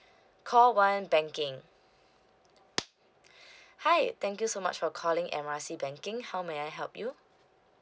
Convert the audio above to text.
call one banking hi thank you so much for calling M_R_C banking how may I help you